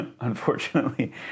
unfortunately